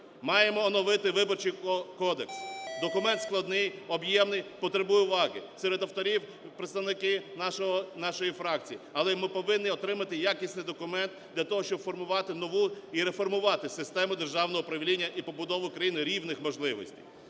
Маємо оновити Виборчий кодекс. Документ складний, об'ємний, потребує уваги. Серед авторів представники нашої фракції. Але ми повинні отримати якісний документ для того, щоб формувати нову і реформувати систему державного управління і побудову країни рівних можливостей.